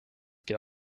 geht